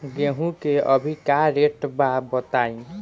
गेहूं के अभी का रेट बा बताई?